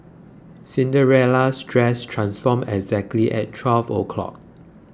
Cinderella's dress transformed exactly at twelve o'clock